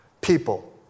people